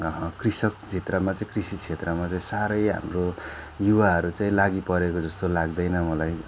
कृषक क्षेत्रमा चाहिँ कृषि क्षेत्रमा चाहिँ साह्रै हाम्रो युवाहरू चाहिँ लागिपरेको जस्तो लाग्दैन मलाई